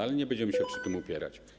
Ale nie będziemy się przy tym upierać.